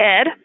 Ed